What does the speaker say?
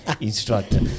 instructor